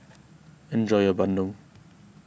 enjoy your Bandung